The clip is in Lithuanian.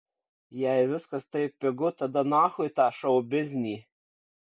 jei viskas taip pigu tada nachui tą šou biznį